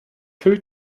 two